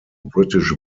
british